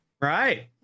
Right